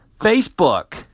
Facebook